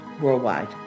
worldwide